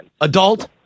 Adult